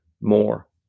more